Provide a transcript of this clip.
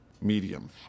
medium